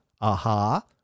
Aha